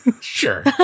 sure